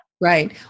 Right